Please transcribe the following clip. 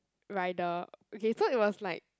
rider okay so it was like